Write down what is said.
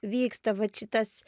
vyksta vat šitas